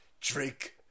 drink